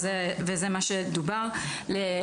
ודובר על זה.